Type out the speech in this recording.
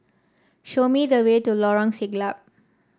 show me the way to Lorong Siglap